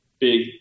big